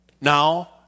Now